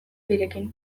birekin